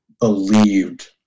believed